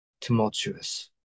Tumultuous